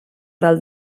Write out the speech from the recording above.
del